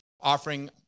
offering